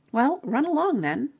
well, run along then.